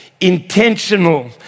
intentional